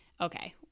okay